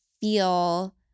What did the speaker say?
feel